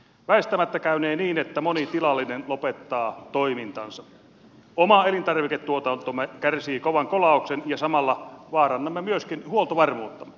väistämättä käynee niin että moni tilallinen lopettaa toimintansa oma elintarviketuotantomme kärsii kovan kolauksen ja samalla vaarannamme myöskin huoltovarmuuttamme